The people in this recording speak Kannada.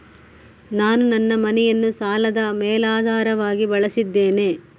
ನಾನು ನನ್ನ ಮನೆಯನ್ನು ಸಾಲದ ಮೇಲಾಧಾರವಾಗಿ ಬಳಸಿದ್ದೇನೆ